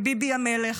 וביבי המלך,